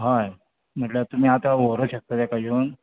हय म्हमल्या तुमी आतां व्हरूंक शकता ताका येवन